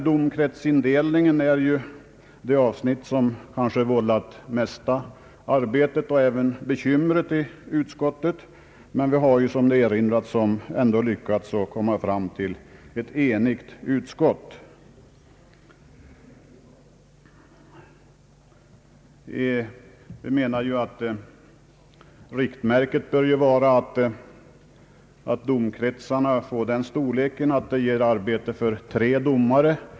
Domkretsindelningen är det avsnitt som vållat det mesta arbetet och även mesta bekymret i utskottet. Som det har erinrats om, har vi emellertid ändå lyckats komma fram till ett enigt utlåtande. Riktmärke bör ju vara att domkretsarna får den storleken att de ger arbete för tre domare.